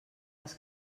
les